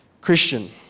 Christian